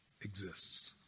exists